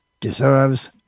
deserves